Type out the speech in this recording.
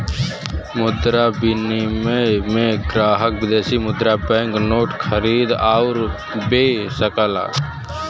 मुद्रा विनिमय में ग्राहक विदेशी मुद्रा बैंक नोट खरीद आउर बे सकलन